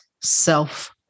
self